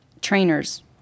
trainers